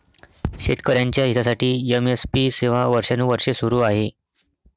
शेतकऱ्यांच्या हितासाठी एम.एस.पी सेवा वर्षानुवर्षे सुरू आहे